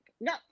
No